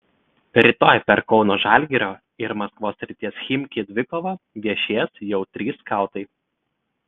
rytoj per kauno žalgirio ir maskvos srities chimki dvikovą viešės jau trys skautai